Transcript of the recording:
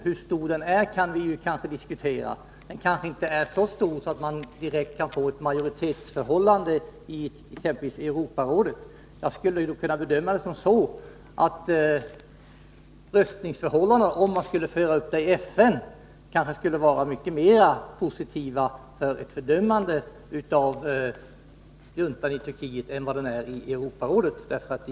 Hur stark den är kan vi diskutera — den kanske inte är så stark att vi direkt kan få ett majoritetsförhållande i exempelvis Europarådet. Om man skulle föra upp frågan i FN, bedömer jag det så att omröstningsförhållandena där kanske skulle vara mycket mera positiva än de är i Europarådet när det gäller ett fördömande av juntan i Turkiet.